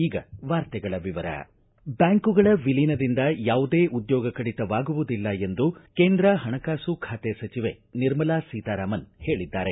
ಈಗ ವಾರ್ತೆಗಳ ವಿವರ ಬ್ಡಾಂಕುಗಳ ವಿಲೀನದಿಂದ ಯಾವುದೇ ಉದ್ಯೋಗ ಕಡಿತವಿಲ್ಲ ಎಂದು ಕೇಂದ್ರ ಪಣಕಾಸು ಖಾತೆ ಸಚಿವೆ ನಿರ್ಮಲಾ ಸೀತಾರಾಮನ್ ಹೇಳಿದ್ದಾರೆ